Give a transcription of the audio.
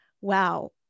wow